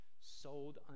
sold